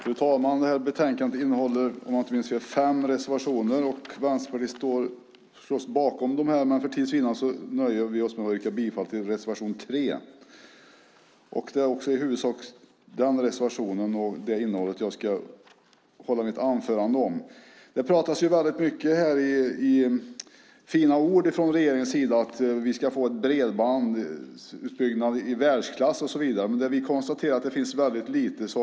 Fru talman! Detta betänkande innehåller om jag inte minns fel fem reservationer. Vi står förstås bakom dem, men för tids vinnande nöjer vi oss med att yrka bifall till reservation 3. Det är också i huvudsak innehållet i den reservationen jag ska hålla mitt anförande om. Det sägs väldigt mycket fina ord från regeringens sida om att vi ska få en bredbandsutbyggnad i världsklass och så vidare. Vi konstaterar att det finns väldigt lite.